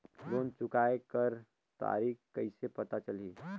Loan चुकाय कर तारीक कइसे पता चलही?